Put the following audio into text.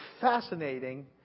fascinating